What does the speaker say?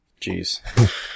Jeez